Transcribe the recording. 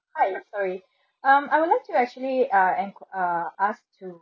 hi sorry um I would like to actually uh en~ uh ask to